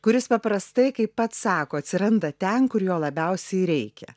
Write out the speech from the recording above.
kuris paprastai kaip pats sako atsiranda ten kur jo labiausiai reikia